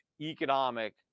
economic